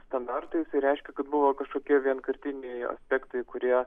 standarto jisai reiškia kad buvo kažkokie vienkartiniai aspektai kurie